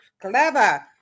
Clever